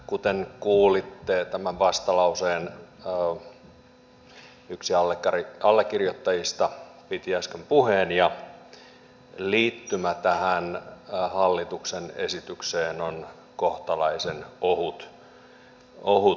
kuten kuulitte yksi tämän vastalauseen allekirjoittajista piti äsken puheen ja liittymä tähän hallituksen esitykseen on kohtalaisen ohut